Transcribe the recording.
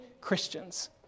Christians